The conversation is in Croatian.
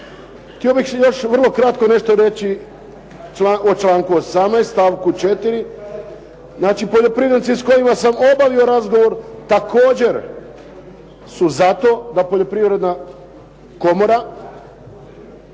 Htio bih još vrlo kratko nešto reći o članku 18. stavku 4., znači poljoprivrednici s kojima sam obavio razgovor također su za to da poljoprivredna komora